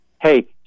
hey